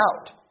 out